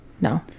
No